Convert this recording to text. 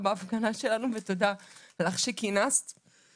בהפגנה שלנו תודה לך שכינסת את הדיון.